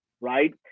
right